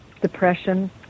depression